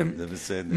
זה בסדר.